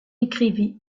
écrivit